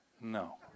No